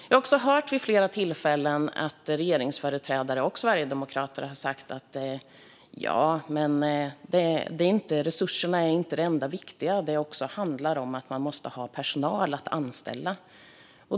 Jag har också vid flera tillfällen hört regeringsföreträdare och sverigedemokrater säga att resurserna inte är det enda viktiga utan att det också handlar om att man måste ha personal att anställa.